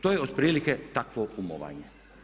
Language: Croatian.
To je otprilike takvo umovanje.